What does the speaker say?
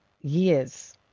years